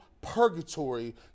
purgatory